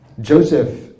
Joseph